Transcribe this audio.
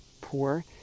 poor